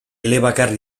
elebakar